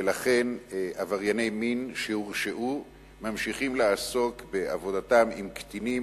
ולכן עברייני מין שהורשעו ממשיכים לעסוק בעבודתם עם קטינים